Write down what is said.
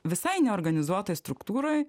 visai neorganizuotoj struktūroj